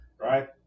right